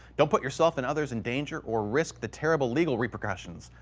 don't put yourself and others in danger or risk the terrible legal repercussions,